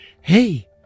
Hey